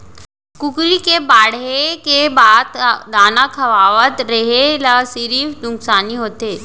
कुकरी के बाड़हे के बाद दाना खवावत रेहे ल सिरिफ नुकसानी होथे